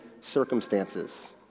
circumstances